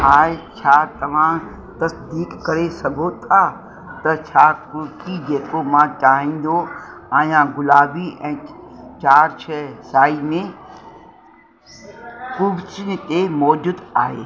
हाय छा तव्हां तसदीक करे सघो था त छा कुर्ती जेको मां चाहींदो आहियां गुलाबी ऐं चारि छह साइज़ में कूव्स ते मौजूदु आहे